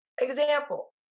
Example